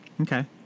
Okay